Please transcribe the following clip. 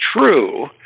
true